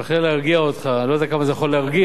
אבל להרגיע אותך, אני לא יודע כמה זה יכול להרגיע,